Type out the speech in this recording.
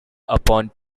upon